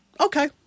okay